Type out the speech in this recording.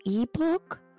ebook